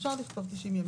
אפשר לכתוב 90 ימים.